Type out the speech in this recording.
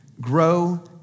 grow